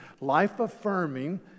life-affirming